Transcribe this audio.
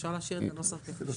אפשר להשאיר את הנוסח כפי שהוא?